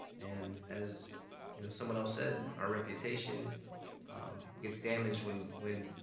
and as you know someone else said, our reputation gets damaged when when